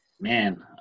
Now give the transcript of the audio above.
Man